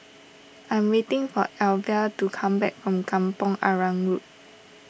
I'm waiting for Alyvia to come back from Kampong Arang Road